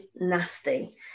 nasty